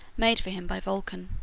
made for him by vulcan.